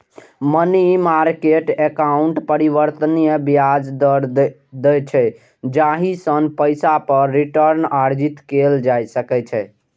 money market account परिवर्तनीय ब्याज दर दै छै, जाहि सं पैसा पर रिटर्न अर्जित कैल जा सकै छै